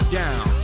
down